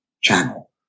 channel